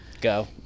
go